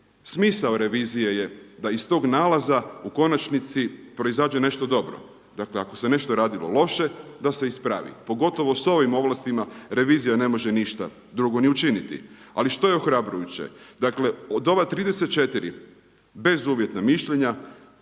smisao revizije je da iz tog nalaza u konačnici proizađe nešto dobro. Dakle ako se nešto radilo loše da se ispravi, pogotovo s ovim ovlastima revizija ne može ništa drugo ni učiniti. Ali što je ohrabrujuće? Dakle, od ova 34 bezuvjetna mišljenja